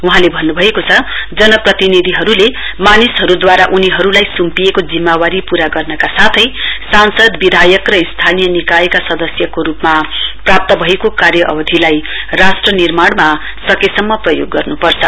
वहाँले भन्नु भएको छ जनप्रतिनिधिहरूले मानिसहरूद्वारा उनीहरूलाई सुम्पिएको जिम्मावारी पूरा गर्नका साथै सांसद विधायक र स्थानीय निकायका सदस्यहरूको रूपमा प्राप्त भएको कार्य अवधिलाई राष्ट्र निर्माण सकेसम्म प्रयोग गर्नुपर्छ